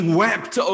wept